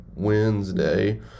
Wednesday